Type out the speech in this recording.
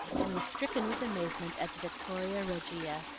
and was stricken with amazement at the victoria regia,